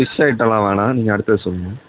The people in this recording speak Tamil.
ஃபிஷ் ஐட்டம்லாம் வேணாம் நீங்கள் அடுத்தது சொல்லுங்கள்